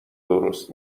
درست